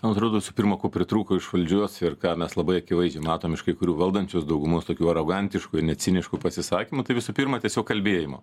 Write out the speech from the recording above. man atrodo čia pirma ko pritrūko iš valdžios ir ką mes labai akivaizdžiai matom iš kai kurių valdančios daugumos tokių arogantiškų ir net ciniškų pasisakymų tai visų pirma tiesiog kalbėjimo